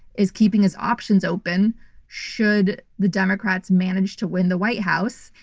is keeping his options open should the democrats manage to win the white house.